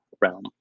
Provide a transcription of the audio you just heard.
realm